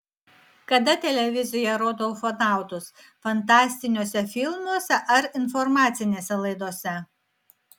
kada televizija rodo ufonautus fantastiniuose filmuose ar informacinėse laidose